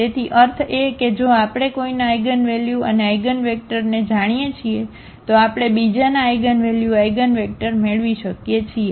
તેથી અર્થ એ કે જો આપણે કોઈના આઇગનવલ્યુ અને આઇગનવેક્ટરને જાણીએ છીએ તો આપણે બીજાના આઇગનવલ્યુ આઇગનવેક્ટર મેળવી શકીએ છીએ